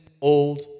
old